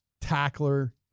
tackler